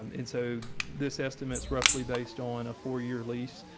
um and so this estimates roughly based on a four year lease,